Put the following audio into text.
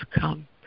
come